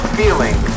feeling